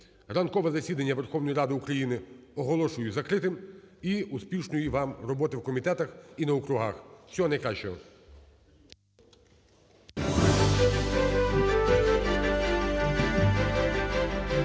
Ранкове засідання Верховної Ради України оголошую закритим. І успішної вам роботи в комітетах і на округах. Всього найкращого.